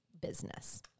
business